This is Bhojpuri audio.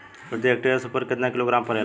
प्रति हेक्टेयर स्फूर केतना किलोग्राम परेला?